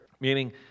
meaning